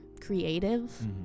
creative